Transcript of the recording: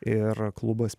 ir klubas